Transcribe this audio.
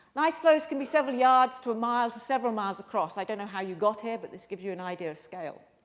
ice floes can be several yards to a mile to several miles across. i don't know how you got here, but this gives you an idea of scale.